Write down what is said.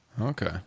Okay